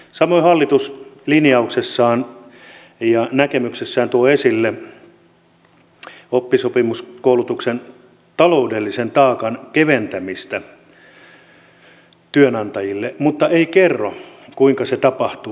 samoin hallitus linjauksessaan ja näkemyksessään tuo esille oppisopimuskoulutuksen taloudellisen taakan keventämistä työnantajille mutta ei kerro kuinka se tapahtuu